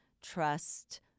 trust